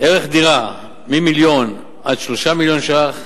ערך דירה מ-1 מיליון עד 3 מיליון ש"ח,